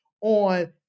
on